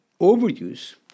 overuse